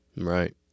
right